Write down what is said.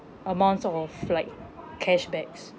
amounts of of like cash backs